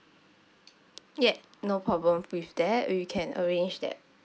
yeah no problem with that we can arrange that